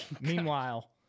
meanwhile